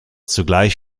zugleich